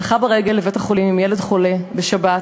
הלכה ברגל לבית-החולים עם ילד חולה בשבת.